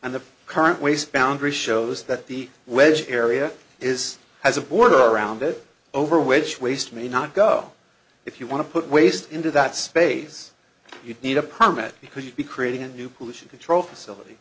and the current ways boundary shows that the wedge area is has a border around it over which waste may not go if you want to put waste into that space you'd need a permit because you'd be creating a new pollution control facility